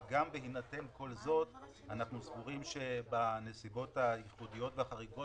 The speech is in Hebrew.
אבל גם בהינתן כל זאת אנחנו סבורים שבנסיבות הייחודיות והחריגות